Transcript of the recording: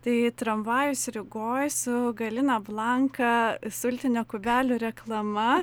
tai tramvajus rygoj su galina blanka sultinio kubelių reklama